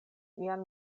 ian